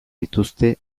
dituzte